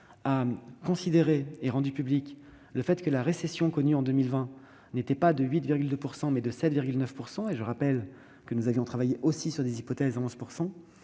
a considéré que la récession connue en 2020 n'était pas de 8,2 %, mais de 7,9 %- je rappelle que nous avions travaillé aussi sur des hypothèses à 11 %.